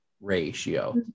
ratio